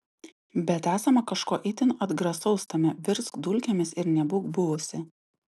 bet esama kažko itin atgrasaus tame virsk dulkėmis ir nebūk buvusi